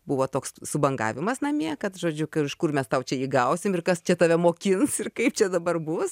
buvo toks subangavimas namie kad žodžiu iš kur mes tau čia jį gausim ir kas čia tave mokins ir kaip čia dabar bus